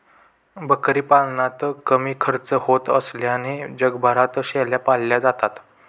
बकरी पालनात कमी खर्च होत असल्याने जगभरात शेळ्या पाळल्या जातात